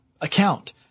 account